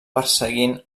perseguint